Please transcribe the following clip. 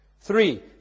Three